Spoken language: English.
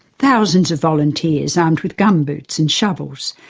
thousands of volunteers armed with gumboots and shovels,